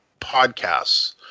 podcasts